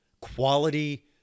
quality